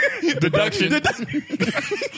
deduction